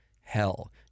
hell